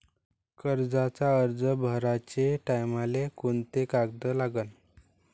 कर्जाचा अर्ज भराचे टायमाले कोंते कागद लागन?